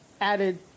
added